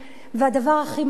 והדבר שהכי מדאיג אותי,